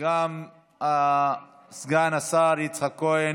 גם סגן השר יצחק כהן,